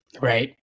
Right